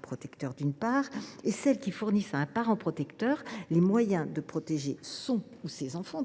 protecteur et, d’autre part, celles qui fournissent à un parent protecteur les moyens de protéger son ou ses enfants.